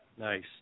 Nice